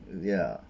ya